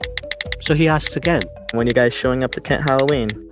so he asks again when you guys showing up to kent halloween?